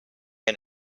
and